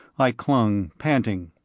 i clung, panting.